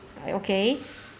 I okay